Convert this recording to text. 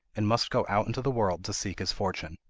and must go out into the world to seek his fortune.